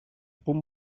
punt